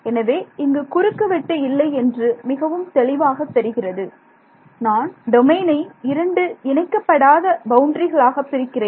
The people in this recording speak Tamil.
எனவே இங்கு குறுக்குவெட்டு இல்லை என்று மிகவும் தெளிவாக தெரிகிறது நான் டொமைனை 2 இணைக்கப்படாத பவுண்டரிகளாக பிரிக்கிறேன்